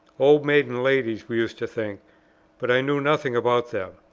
old maiden ladies we used to think but i knew nothing about them.